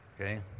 Okay